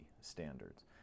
standards